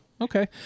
okay